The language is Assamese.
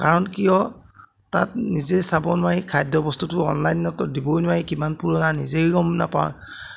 কাৰণ কিয় তাত নিজে চাব নোৱাৰি খাদ্যবস্তুটো অনলাইনততো দিবই নোৱাৰি কিমান পুৰণা নিজেই গম নাপাওঁ